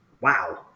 Wow